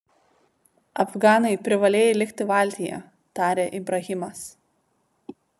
afganai privalėjai likti valtyje tarė ibrahimas